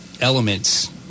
elements